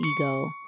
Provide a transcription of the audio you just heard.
ego